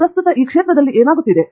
ಪ್ರಸ್ತುತ ಪ್ರದೇಶದಲ್ಲಿ ಏನಾಗುತ್ತಿದೆ